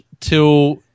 till